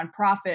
nonprofit